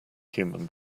human